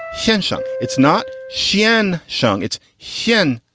chincha. it's not shen xiang. it's hidden.